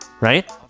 right